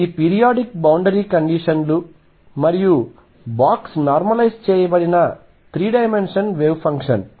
ఇది periodic boundary condition లు మరియు బాక్స్ నార్మలైజ్ చేయబడిన 3 డైమెన్షన్ వేవ్ ఫంక్షన్